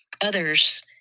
others